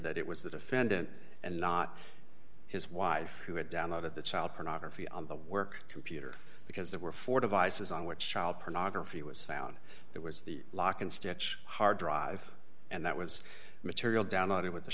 that it was the defendant and not his wife who had downloaded the child pornography on the work computer because there were four devices on which child pornography was found that was the lock and stitch hard drive and that was material downloaded with the